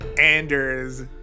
Anders